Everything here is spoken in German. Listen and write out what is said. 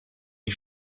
die